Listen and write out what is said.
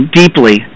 deeply